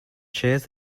chairs